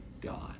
God